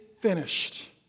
finished